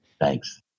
Thanks